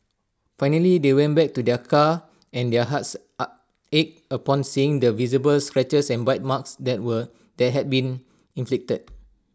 finally they went back to their car and their hearts ached upon seeing the visible scratches and bite marks that were that had been inflicted